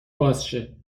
بازشه